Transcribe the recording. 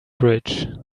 bridge